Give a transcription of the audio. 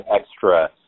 extra